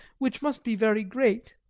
which must be very great.